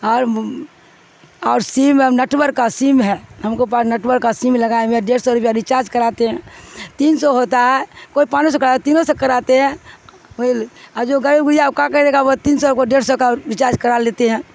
اور اور سیم ہے نیٹورک کا سیم ہے ہم کو پاس نیٹ ورک کا سیم لگائے ہم میں ڈیڑھ سو روپیہ ریچارج کراتے ہیں تین سو ہوتا ہے کوئی پانچہ سو کراتا ہے تینوں سو کراتے ہیں اور جو گغریب گرییا کا کرے کاا وہ تین سو کو ڈیڑھ سو کا ریچارج کرا لیتے ہیں